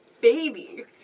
Baby